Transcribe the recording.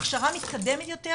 הכשרה מתקדמת יותר,